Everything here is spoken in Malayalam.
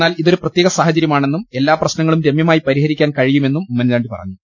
എന്നാൽ ഇതൊരു പ്രത്യേക സാഹചര്യമാണെന്നും എല്ലാ പ്രശ്നങ്ങളും രമ്യ മായി പരിഹരിക്കാൻ കഴിയുമെന്നും ഉമ്മൻചാണ്ടി പറഞ്ഞു